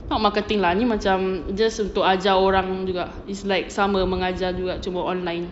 not marketing lah ni macam just untuk ajar orang juga it's like sama mengajar juga cuma online